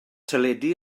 teledu